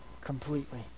completely